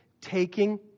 taking